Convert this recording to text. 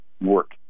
work